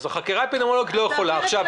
לא לכל